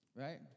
Right